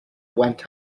went